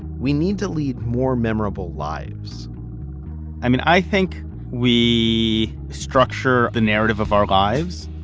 we need to lead more memorable lives i mean, i think we structure the narrative of our lives,